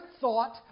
thought